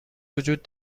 وجود